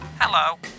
Hello